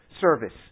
service